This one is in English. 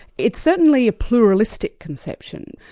it's certainly a pluralistic conception.